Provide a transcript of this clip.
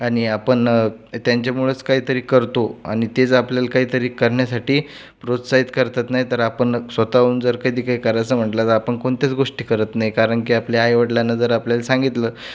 आणि आपण त्यांच्यामुळेच काहीतरी करतो आणि ते जर आपल्याला काहीतरी करण्यासाठी प्रोत्साहीत करतात नाही तर आपण स्वतःहून जर कधी काही करायचं म्हटलं तर आपण कोणत्याच गोष्टी करत नाही कारण की आपल्या आईवडिलांनी जर आपल्याला सांगितलं